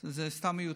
זה סתם מיותר.